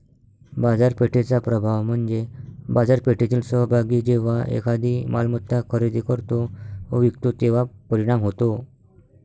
बाजारपेठेचा प्रभाव म्हणजे बाजारपेठेतील सहभागी जेव्हा एखादी मालमत्ता खरेदी करतो व विकतो तेव्हा परिणाम होतो